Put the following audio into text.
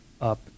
up